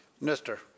Minister